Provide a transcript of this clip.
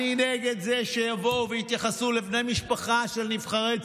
אני נגד זה שיבואו ויתייחסו לבני משפחה של נבחרי ציבור.